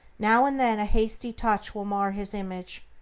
now and then a hasty touch will mar his image,